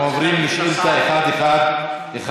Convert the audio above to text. אנחנו עוברים לשאילתה מס' 1114,